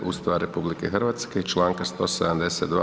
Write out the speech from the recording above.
Ustava RH i Članka 172.